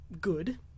good